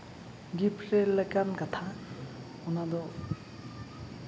ᱜᱤᱯᱷᱴᱮᱱ ᱞᱮᱠᱟᱱ ᱠᱟᱛᱷᱟ ᱚᱱᱟ ᱫᱚ